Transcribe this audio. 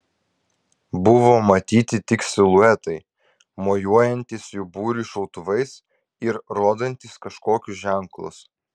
buvo matyti tik siluetai mojuojantys jų būriui šautuvais ir rodantys kažkokius ženklus